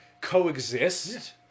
coexist